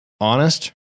Honest